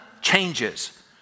changes